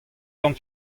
gant